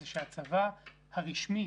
זה שהצבא הרשמי